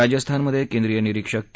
राजस्थानमध्ये केंद्रीय निरीक्षक के